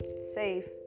safe